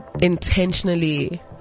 ...intentionally